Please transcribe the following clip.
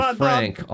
frank